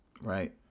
Right